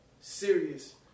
serious